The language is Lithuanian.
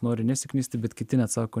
nori nesiknisti bet kiti net sako